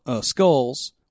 skulls